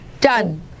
Done